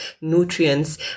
nutrients